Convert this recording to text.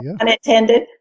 Unintended